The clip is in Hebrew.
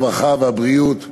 הרווחה והבריאות הבלתי-נלאה,